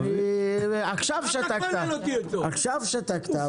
עכשיו שתקת.